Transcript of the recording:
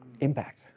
Impact